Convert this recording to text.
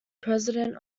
president